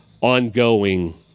Ongoing